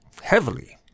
heavily